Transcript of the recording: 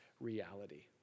reality